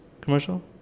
commercial